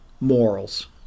morals